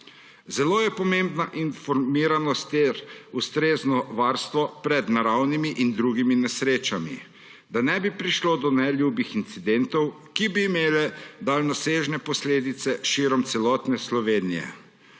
Zelo je pomembna informiranost ter ustrezno varstvo pred naravnimi in drugimi nesrečami, da ne bi prišlo do neljubih incidentov, ki bi imeli daljnosežne posledice širom celotne Slovenije.